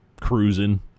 cruising